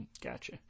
Gotcha